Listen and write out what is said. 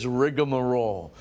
rigmarole